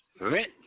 Rent